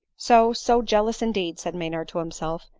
so, so, jealous indeed, said maynard to himself,